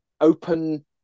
open